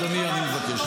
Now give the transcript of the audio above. אדוני, אני מבקש.